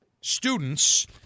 students